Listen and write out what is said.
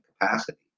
capacity